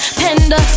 panda